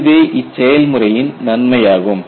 இதுவே இச்செயல் முறையின் நன்மையாகும்